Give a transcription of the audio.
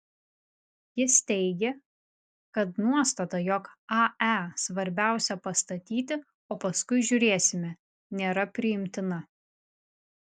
jis teigė kad nuostata jog ae svarbiausia pastatyti o paskui žiūrėsime nėra priimtina